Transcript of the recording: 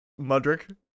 mudrick